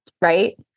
right